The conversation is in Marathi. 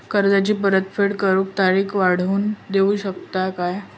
कर्जाची परत फेड करूक तारीख वाढवून देऊ शकतत काय?